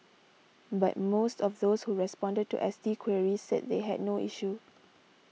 but most of those who responded to S T queries said they had no issue